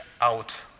out